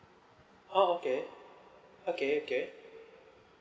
oh okay okay okay